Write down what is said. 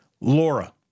Laura